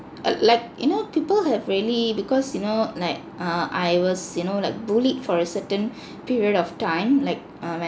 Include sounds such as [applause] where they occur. uh like you know people have really because you know like err I was you know like bullied for a certain [breath] period of time like